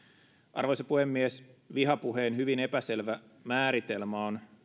arvoisa puhemies vihapuheen hyvin epäselvä määritelmä on